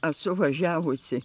esu važiavusi